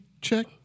check